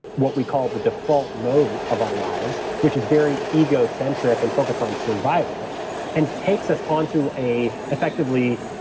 what we call the default mode of our lives, which is very egocentric and focused on survival and takes us onto a effectively,